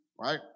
Right